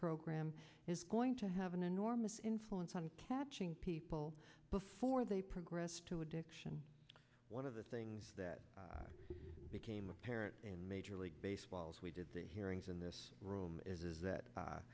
program is going to have an enormous influence on catching people before they progress to addiction one of the things that became apparent in major league baseball as we did the hearings in this room is is that